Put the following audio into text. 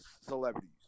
celebrities